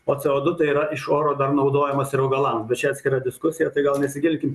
o c o du tai yra iš oro dar naudojamas ir augalam bet atskira diskusija tai gal nesigilinkim